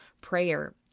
prayer